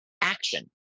action